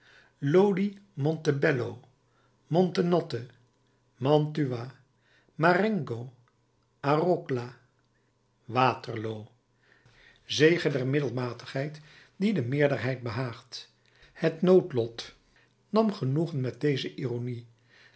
montebello montenotte mantua marengo arcola waterloo zege der middelmatigheid die de meerderheid behaagt het noodlot nam genoegen met deze ironie